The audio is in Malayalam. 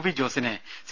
വി ജോസിനെ സി